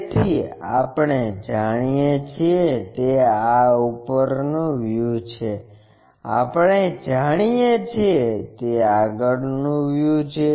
તેથી આપણે જાણીએ છીએ તે આ ઉપરનું વ્યુ છે આપણે જાણીએ છીએ તે આગળનું વ્યુ છે